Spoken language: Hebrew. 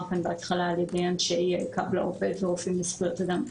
כאן בהתחלה על ידי אנשי "קו לעובד" ו"רופאים לזכויות אדם".